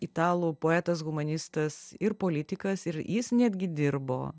italų poetas humanistas ir politikas ir jis netgi dirbo